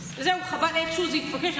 איכשהו זה התבקש,